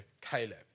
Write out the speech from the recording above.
Caleb